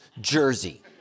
jersey